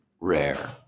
rare